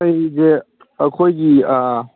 ꯑꯩꯁꯦ ꯑꯩꯈꯣꯏꯒꯤ